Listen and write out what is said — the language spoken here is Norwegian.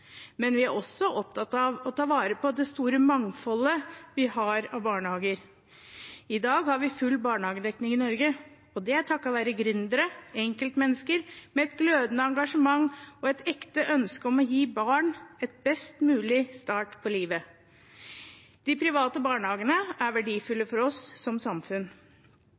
men vi er også opptatt av å ta vare på det store mangfoldet vi har av barnehager. I dag har vi full barnehagedekning i Norge, og det er takket være gründere – enkeltmennesker med et glødende engasjement og et ekte ønske om å gi barn en best mulig start på livet. De private barnehagene er verdifulle for oss som samfunn.